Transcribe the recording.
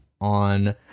on